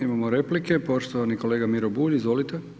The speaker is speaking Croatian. Imamo replike, poštovani kolega Miro Bulj, izvolite.